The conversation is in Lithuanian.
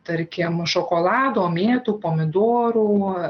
tarkim šokolado mėtų pomidorų